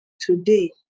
today